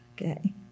Okay